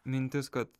mintis kad